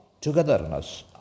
togetherness